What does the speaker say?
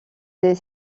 des